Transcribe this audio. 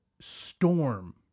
storm